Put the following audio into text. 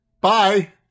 Bye